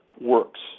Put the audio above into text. works